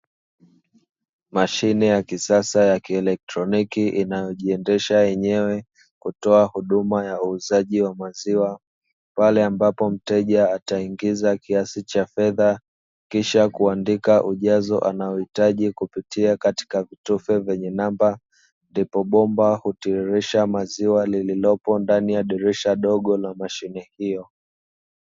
Mashine ya kisasa ya kielektroniki inayojiendesha yenyewe kutoa huduma ya uzaaji wa maziwa, pale ambapo mteja ataingiza kiasi cha fedha kisha kuandika ujazo anaohitaji kupitia katika vitufe vyenye namba ndipo bomba hutiririsha maziwa lililopo ndani ya dirisha dogo la mashine hiyo.